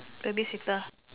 baby seater